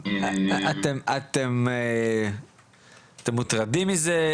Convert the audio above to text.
אתם מוטרדים מזה?